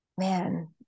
Man